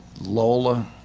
Lola